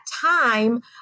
time